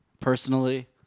personally